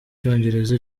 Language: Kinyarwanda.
cyongereza